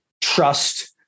trust